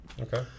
Okay